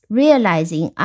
realizing